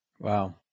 Wow